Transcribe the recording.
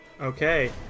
Okay